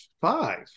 five